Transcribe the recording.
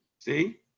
see